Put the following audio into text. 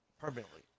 Permanently